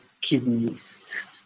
kidneys